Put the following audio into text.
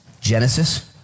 Genesis